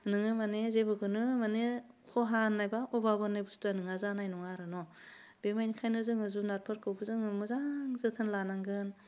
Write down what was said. नोङो मानि जेबोखौनो मानि खहा होन्नाय बा अबाब होन्नाय बस्थुवा नोंहा जानाय नङा आरो न' बे बायदिखायनो जोङो जुनारफोरखौबो जोङो मोजां जोथोन लानांगोन